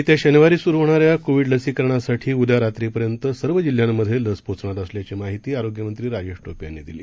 येत्याशनिवारीसुरूहोणाऱ्याकोविडलसीकरणासाठीउद्यारात्रीपर्यंतसर्वजिल्ह्यातल सपोहोचणारअसल्याचीमाहिती आरोग्यमंत्रीराजेशटोपेयांनीदिली